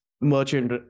Merchant